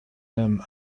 been